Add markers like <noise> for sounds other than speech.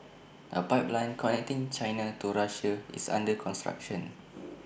A pipeline connecting China to Russia is under construction <noise>